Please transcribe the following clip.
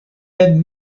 ben